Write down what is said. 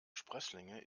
sprösslinge